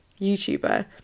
YouTuber